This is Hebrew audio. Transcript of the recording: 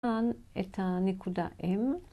כאן את הנקודה M.